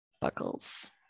buckles